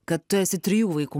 kad tu esi trijų vaikų